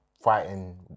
fighting